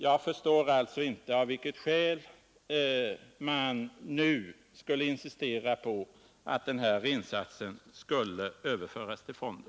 Jag förstår alltså inte av vilket skäl man nu skulle insistera på att den här insatsen skulle överföras till fonden.